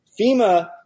FEMA